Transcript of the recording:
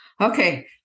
Okay